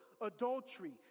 adultery